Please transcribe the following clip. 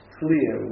clear